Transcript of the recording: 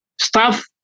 staff